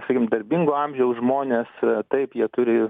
sakykim darbingo amžiaus žmonės taip jie turi